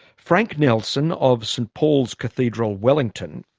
frank nelson of st paul's cathedral wellington,